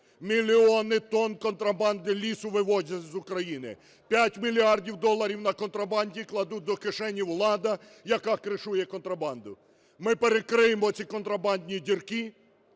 Мільйони тонн контрабанди лісу вивозять з України, 5 мільярдів доларів на контрабанді кладе до кишені влада, якакришує контрабанду. Ми перекриємо ці контрабандні дірки